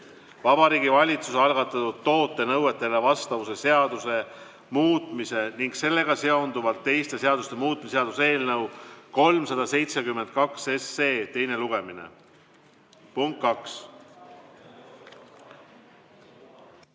Vabariigi Valitsuse algatatud toote nõuetele vastavuse seaduse muutmise ning sellega seonduvalt teiste seaduste muutmise seaduse eelnõu 372 teine lugemine. Laudadele